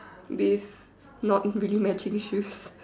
this not really matching shoes